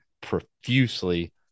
profusely